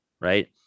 right